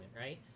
right